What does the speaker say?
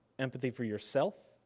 empathy for yourself,